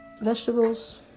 vegetables